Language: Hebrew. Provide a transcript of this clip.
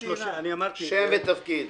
אני אמרתי,